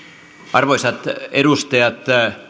arvoisat edustajat